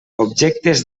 objectes